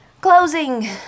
Closing